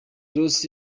ross